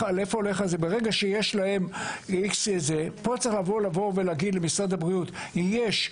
צריך לבוא פה ולהגיד למשרד הבריאות: יש.